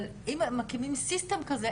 אבל אם מקימים סיסטם כזה,